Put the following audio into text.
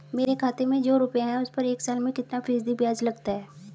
मेरे खाते में जो रुपये हैं उस पर एक साल में कितना फ़ीसदी ब्याज लगता है?